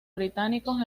británicos